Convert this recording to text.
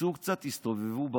תצאו קצת ותסתובבו ברחוב.